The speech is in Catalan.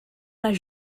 les